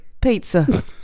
pizza